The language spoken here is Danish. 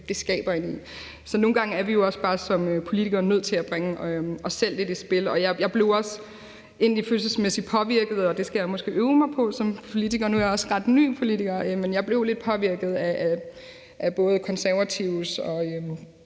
det skaber indeni, så nogle gange er vi jo også bare som politikere nødt til at bringe os selv lidt i spil. Jeg blev egentlig også følelsesmæssigt påvirket, og der skal jeg måske øve mig som politiker. Nu er jeg også ret ny politiker, men jeg blev lidt påvirket af, ja, mest Konservatives